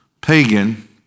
pagan